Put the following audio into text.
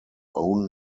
own